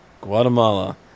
Guatemala